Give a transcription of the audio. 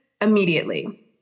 immediately